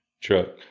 truck